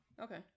okay